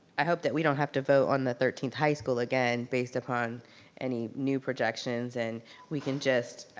i hope that we don't have to vote on the thirteenth high school again based upon any new projections and we can just